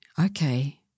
Okay